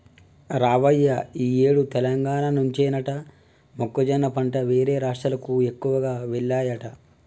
రావయ్య ఈ ఏడు తెలంగాణ నుంచేనట మొక్కజొన్న పంట వేరే రాష్ట్రాలకు ఎక్కువగా వెల్లాయట